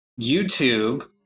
YouTube